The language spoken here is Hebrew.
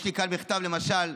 יש לי כאן מכתב, למשל,